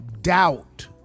doubt